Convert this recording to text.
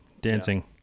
dancing